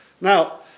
Now